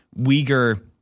Uyghur